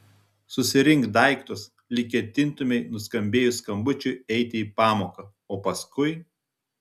susirink daiktus lyg ketintumei nuskambėjus skambučiui eiti į pamoką o paskui